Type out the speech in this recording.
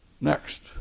Next